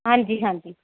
ਹਾਂਜੀ ਹਾਂਜੀ